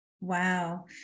Wow